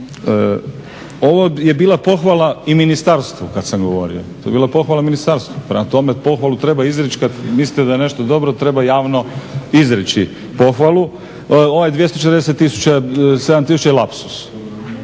Ovo je bila pohvala i ministarstvu, kada sam govorio, to je bila pohvala ministarstvu, prema tome pohvalu treba izreći kada mislite da je nešto dobro, treba javno izreći pohvalu. Ovo 267 tisuća je lapsus,